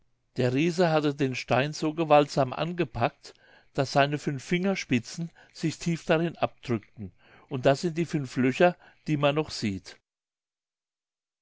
der riese hatte den stein so gewaltsam angepackt daß seine fünf fingerspitzen sich tief darin abdrückten und das sind die fünf löcher die man noch sieht